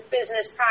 business